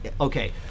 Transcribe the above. okay